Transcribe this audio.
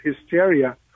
hysteria